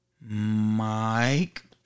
Mike